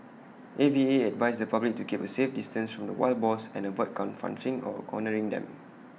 A V A advised the public to keep A safe distance from the wild boars and avoid confronting or cornering them